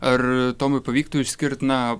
ar tomui pavyktų išskirt na